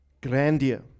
grandeur